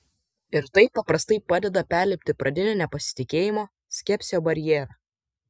ir tai paprastai padeda perlipti pradinio nepasitikėjimo skepsio barjerą